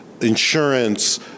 insurance